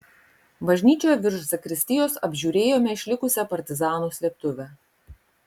bažnyčioje virš zakristijos apžiūrėjome išlikusią partizanų slėptuvę